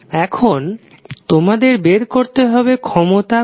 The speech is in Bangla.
এখন তোমাদের বের করতে হবে ক্ষমতার মান pvi